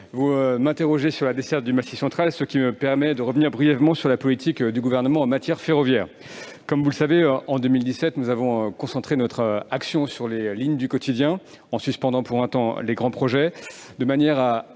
vous m'interrogez sur la desserte du Massif central, ce qui me permet de revenir brièvement sur la politique du Gouvernement en matière ferroviaire. Comme vous le savez, en 2017, nous avons concentré notre action sur les lignes du quotidien en suspendant pour un temps les grands projets, de manière à